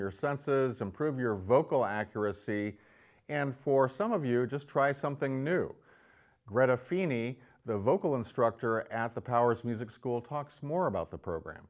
your senses improve your vocal accuracy and for some of you just try something new read a freeney the vocal instructor at the powers music school talks more about the program